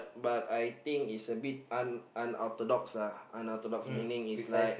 but I think it's a bit un un unorthodox ah unorthodox meaning it's like